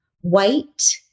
white